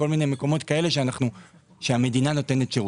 כל מיני מקומות כאלה שהמדינה נותנת שירות.